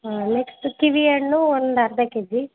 ಹಾಂ next kiwi ಹಣ್ಣು ಒಂದು ಅರ್ಧ ಕೆ ಜಿ